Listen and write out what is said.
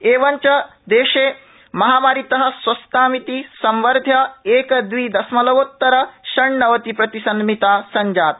एवंच देशे महामारीत स्वस्थतामिति संवध्य एक द्वि दशमलवोत्तर षण्णवतिप्रतिशन्मिता संजाता